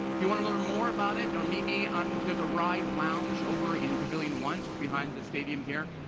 if you want to learn more about it, or meet me, um there's a rise lounge over in pavilion one, just behind the stadium here,